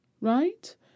right